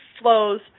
flows